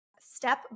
step